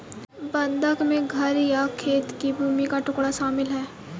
बंधक में घर या खेत की भूमि का टुकड़ा शामिल है